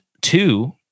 two